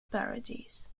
parodies